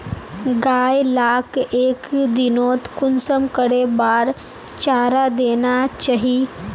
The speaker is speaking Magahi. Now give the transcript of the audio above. गाय लाक एक दिनोत कुंसम करे बार चारा देना चही?